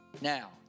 Now